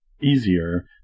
easier